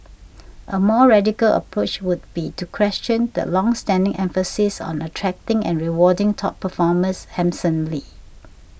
a more radical approach would be to question the long standing emphasis on attracting and rewarding top performers handsomely